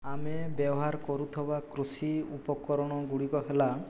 ଆମେ ବ୍ୟବହାର କରୁଥିବା କୃଷି ଉପକରଣ ଗୁଡ଼ିକ ହେଲା